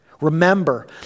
Remember